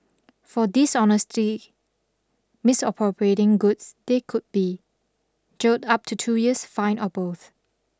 for dishonestly misappropriating goods they could be jailed up to two years fined or both